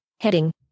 heading